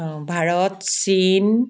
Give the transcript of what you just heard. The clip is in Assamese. অঁ ভাৰত চীন